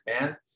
man